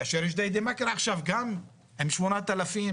כאשר ג'דידה מכר עכשיו גם עם 8,000,